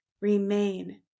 remain